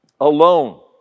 alone